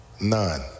None